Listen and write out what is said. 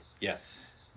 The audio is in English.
Yes